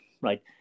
Right